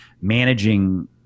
Managing